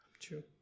True